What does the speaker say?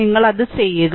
നിങ്ങൾ അത് ചെയ്യുക